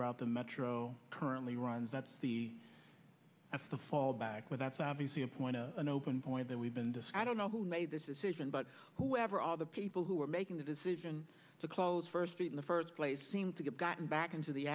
route the metro currently runs that's the that's the fallback with that's obviously a point to an open point that we've been decide on know who made this decision but whoever all the people who are making the decision to close first in the first place seem to get gotten back into the